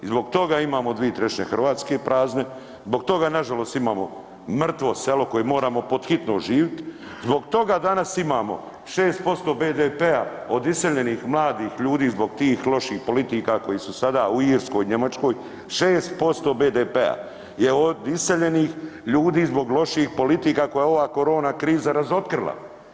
I zbog toga imamo 2/3 Hrvatske prazne, zbog toga nažalost imamo mrtvo selo koje moramo pod hitno oživiti, zbog toga danas imamo 6% BDP-a od iseljenih mladih ljudi zbog tih loših politika koji su sada u Irskoj, Njemačkoj, 6% BDP-a je od iseljenih ljudi zbog loših politika koje je ova korona kriza razotkrila.